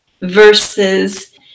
versus